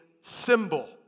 symbol